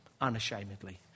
unashamedly